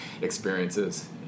experiences